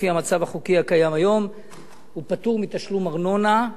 לפי המצב החוקי הקיים היום הוא פטור מתשלום ארנונה,